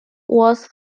was